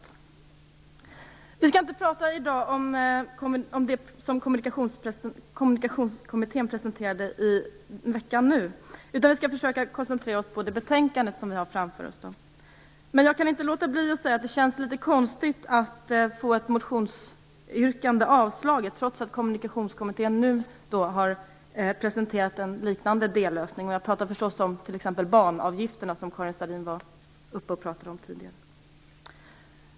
I dag skall vi inte prata om det betänkande som Kommunikationskommittén presenterade nu i veckan utan försöka koncentrera oss på betänkandet vi har framför oss. Men jag kan inte låta bli att säga att det känns konstigt att få ett motionsyrkande avslaget trots att Kommunikationskommittén nu presenterat en liknande dellösning. Jag avser förstås banavgifterna, som Karin Starrin pratade om tidigare.